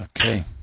Okay